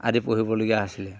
আদি পঢ়িবলগীয়া হৈছিলে